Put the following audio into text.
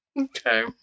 Okay